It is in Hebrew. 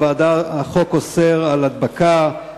החוק אוסר הדבקה,